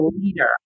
leader